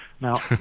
Now